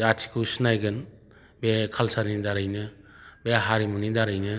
जाथिखौ सिनायगोन बे काल्सारनि दारैनो बे हारिमुनि दारैनो